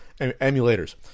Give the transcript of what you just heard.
emulators